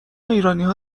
ایرانیها